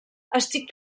estic